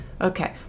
Okay